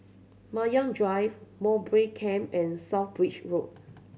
Banyan Drive Mowbray Camp and South Bridge Road